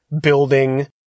building